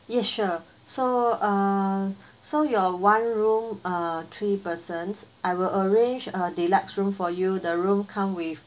yes sure so uh so your one room uh three persons I will arrange a deluxe room for you the room come with